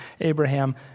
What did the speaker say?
Abraham